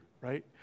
Right